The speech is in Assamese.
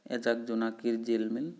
এজাক জোনাকীৰ জিলমিল